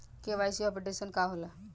KYC updation का होला?